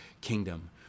kingdom